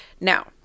Now